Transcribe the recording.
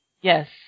yes